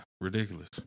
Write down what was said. ridiculous